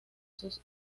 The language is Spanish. sus